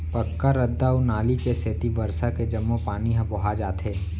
पक्का रद्दा अउ नाली के सेती बरसा के जम्मो पानी ह बोहा जाथे